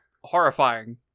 horrifying